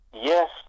Yes